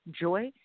joy